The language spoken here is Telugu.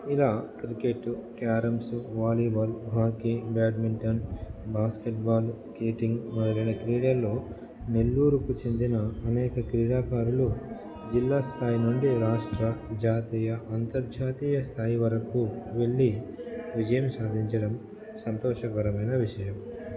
ఇలా cricket carroms volleyball hockey badminton basketball skating మొదలైన క్రీడల్లో నెల్లూరుకు చెందిన అనేక క్రీడాకారులు జిల్లా స్థాయి నుండి రాష్ట్ర జాతీయ అంతర్జాతీయ స్థాయి వరకు వెళ్లి విజయం సాధించడం సంతోషకరమైన విషయం